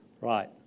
Right